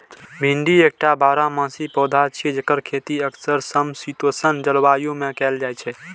भिंडी एकटा बारहमासी पौधा छियै, जेकर खेती अक्सर समशीतोष्ण जलवायु मे कैल जाइ छै